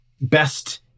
best